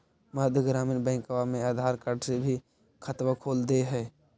मध्य ग्रामीण बैंकवा मे आधार कार्ड से भी खतवा खोल दे है?